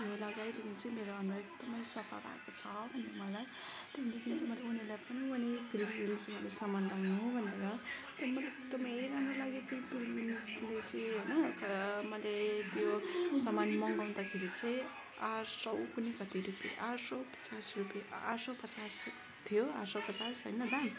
त्यो लगाएदेखि चाहिँ मेरो अनुहार एकदमै सफा भएको छ भन्यो मलाई त्यहाँदेखि चाहिँ मैले उनीहरूलाई पनि सामान मगाउनु भनेर त्यहाँदेखि मलाई एकदमै राम्रो लाग्यो त्यो चाहिँ होइन मैले त्यो सामान मँगाउदाखेरि चाहिँ आठ सय कुनि कति रुपियाँ आठ सय पचास रुपियाँ आठ सय पचास थियो आठ सय पचास होइन दाम